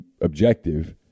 objective